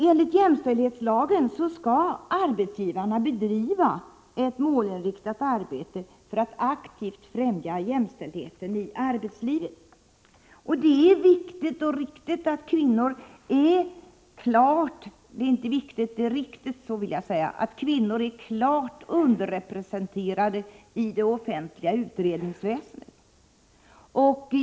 Enligt jämställdhetslagen skall arbetsgivarna bedriva ett målinriktat arbete för att aktivt främja jämställdheten i arbetslivet. Det är riktigt att kvinnor är klart underrepresenterade i det offentliga utredningsväsendet.